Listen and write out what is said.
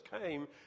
came